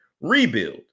rebuild